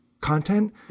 content